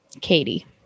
katie